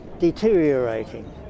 deteriorating